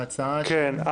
ההצעה --- כן.